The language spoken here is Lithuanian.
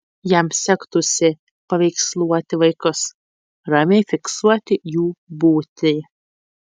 jam sektųsi paveiksluoti vaikus ramiai fiksuoti jų būtį